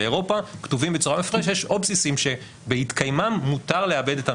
באירופה כתובים בצורה מפורשת או בסיסים שבהתקיימם מותר לעבד את המידע,